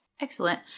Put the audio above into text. Excellent